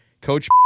Coach